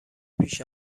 پیش